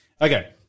Okay